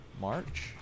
March